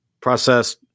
process